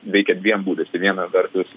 veikia dviem būdais viena vertus